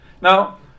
Now